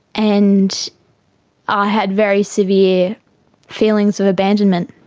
and i had very severe feelings of abandonment,